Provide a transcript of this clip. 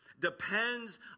depends